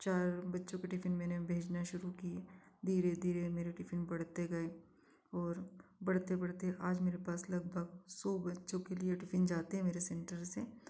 चार बच्चों के टिफ़िन मैंने भेजना शुरू की धीरे धीरे मेरे टिफिन बढ़ते गए और बढ़ते बढ़ते आज मेरे पास लगभग सौ बच्चों के लिए टिफ़िन जाते हैं मेरे सेंटर से